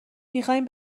میخایم